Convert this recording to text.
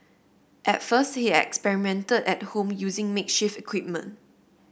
at first he experimented at home using makeshift equipment